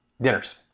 dinners